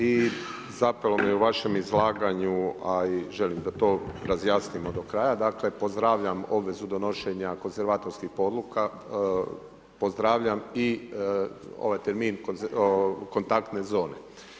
I zapelo mi je u vašem izlaganju, a i želim da to razjasnimo do kraja, dakle, pozdravljam obvezu donošenja konzervatorskih odluka, pozdravljam i ovaj termin, kontaktne zone.